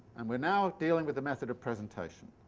and we're now dealing with the method of presentation,